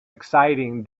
exciting